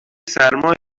سرمای